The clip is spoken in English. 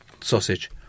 sausage